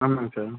ஆமாங்க சார்